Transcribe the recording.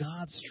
God's